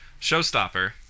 showstopper